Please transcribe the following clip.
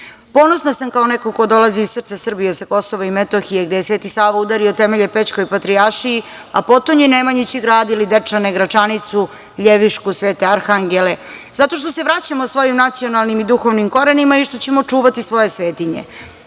sam kao neko ko dolazi iz srca Srbije, sa Kosova i Metohije gde je Sveti Sava udario temelje Pećkoj patrijaršiji, a potonji Nemanjići gradili Dečane, Gračanicu, Ljevišku, Svete Arhangele, zato što se vraćamo svojim nacionalnim i duhovnim korenima i što ćemo čuvati svoje svetinje.